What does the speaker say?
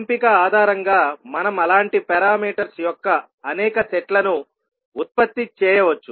ఎంపిక ఆధారంగా మనం అలాంటి పారామీటర్స్ యొక్క అనేక సెట్లను ఉత్పత్తి చేయవచ్చు